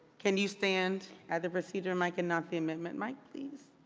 can you stand at the procedure mic and not the amendment mic, please?